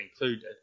included